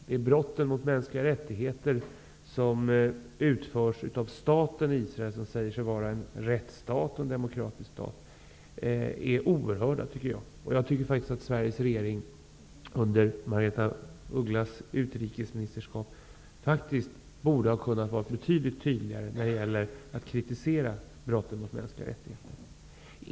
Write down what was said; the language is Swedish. De brott som utförs av staten Israel, som säger sig vara en rättsstat och en demokratisk stat, är oerhörda, tycker jag. Jag tycker faktiskt att Sveriges regering under Margaretha af Ugglas utrikesministerskap borde ha kunnat vara betydligt tydligare när det gäller att kritisera brotten mot mänskliga rättigheter.